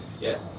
Yes